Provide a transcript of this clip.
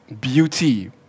beauty